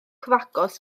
cyfagos